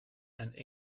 and